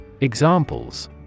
Examples